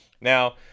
now